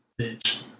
bitch